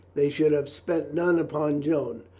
they should have spent none upon joan.